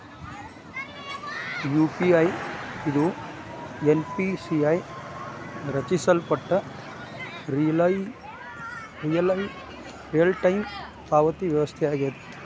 UPI ಇದು NPCI ರಚಿಸಲ್ಪಟ್ಟ real time ಪಾವತಿ ವ್ಯವಸ್ಥೆಯಾಗೆತಿ